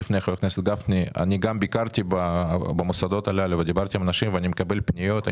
אני ביקרתי במוסדות הללו ודיברתי עם אנשים ואני מקבל פניות.